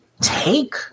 take